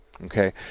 Okay